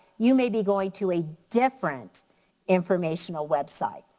you may be going to a different informational website.